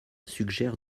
suggère